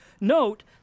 note